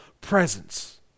presence